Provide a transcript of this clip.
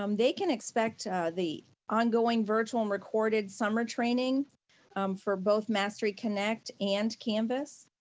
um they can expect the ongoing virtual and recorded summer training for both masteryconnect and canvas.